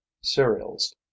cereals